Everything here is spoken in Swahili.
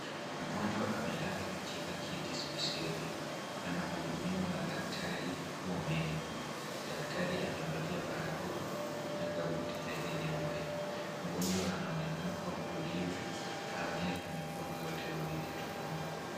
Mgonjwa amelala katika kiti spesheli , anahudumiwa na daktari wa meno. Daktari amevalia barakoa na kabuti lake nyeupe. Mgonjwa anaonekana kuwa mtulivu na ameweka mikono yote mawili tumboni.